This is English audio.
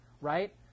Right